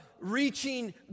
reaching